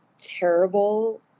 terrible